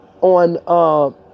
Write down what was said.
on